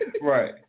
Right